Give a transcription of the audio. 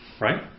Right